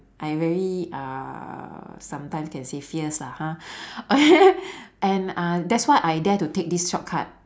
I very uh sometimes can say fierce lah ha and uh that's why I dare to take this shortcut